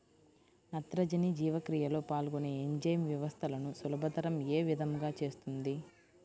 నత్రజని జీవక్రియలో పాల్గొనే ఎంజైమ్ వ్యవస్థలను సులభతరం ఏ విధముగా చేస్తుంది?